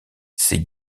ces